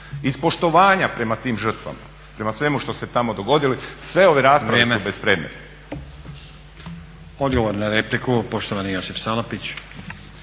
Iz poštovanja prema tim žrtvama, prema svemu što se tamo dogodilo sve ove rasprave su bespredmetne. **Stazić, Nenad (SDP)** Vrijeme. Odgovor na repliku poštovani Josip Salapić.